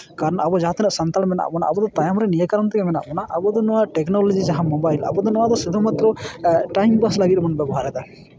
ᱠᱟᱨᱚᱱ ᱟᱵᱚ ᱡᱟᱦᱟᱸ ᱛᱤᱱᱟᱹᱜ ᱥᱟᱱᱛᱟᱲ ᱢᱮᱱᱟᱜ ᱵᱚᱱᱟ ᱟᱵᱚ ᱫᱚ ᱛᱟᱭᱚᱢ ᱨᱮ ᱱᱤᱭᱟᱹ ᱠᱟᱨᱚᱱ ᱛᱮᱜᱮ ᱢᱮᱱᱟᱜ ᱵᱚᱱᱟ ᱟᱵᱚᱫᱚ ᱱᱚᱣᱟ ᱴᱮᱠᱱᱳᱞᱚᱡᱤ ᱡᱟᱦᱟᱸ ᱢᱳᱵᱟᱭᱤᱞ ᱟᱵᱚᱫᱚ ᱱᱚᱣᱟᱫᱚ ᱥᱩᱫᱷᱩ ᱢᱟᱛᱨᱚ ᱴᱟᱭᱤᱢ ᱯᱟᱥ ᱞᱟᱹᱜᱤᱫ ᱵᱚᱱ ᱵᱮᱵᱚᱦᱟᱨᱫᱟ